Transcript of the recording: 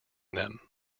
them